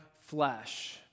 flesh